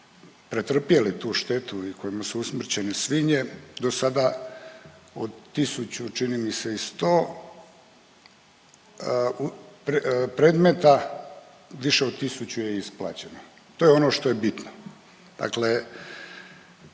pretrpjeli tu štetu i kojima su usmrćene svinje dosada od tisuću čini mi se i 100 predmeta, više od tisuće je isplaćeno. To je ono što je bitno. Dakle,